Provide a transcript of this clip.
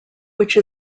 which